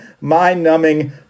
mind-numbing